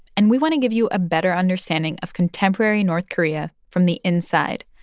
and we want to give you a better understanding of contemporary north korea from the inside.